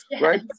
right